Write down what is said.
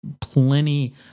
plenty